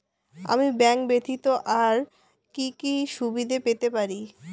আমি ব্যাংক ব্যথিত আর কি কি সুবিধে পেতে পারি?